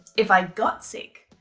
if i got sick,